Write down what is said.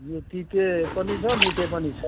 यो तिते पनि छ मिठे पनि छ